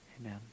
Amen